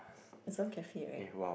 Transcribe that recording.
it's some cafe right